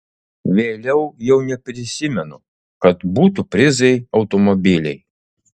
vėliau jau neprisimenu kad būtų prizai automobiliai